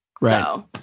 Right